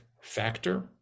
factor